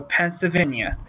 Pennsylvania